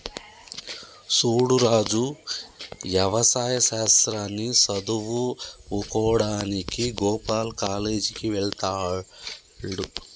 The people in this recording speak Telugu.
సూడు రాజు యవసాయ శాస్త్రాన్ని సదువువుకోడానికి గోపాల్ కాలేజ్ కి వెళ్త్లాడు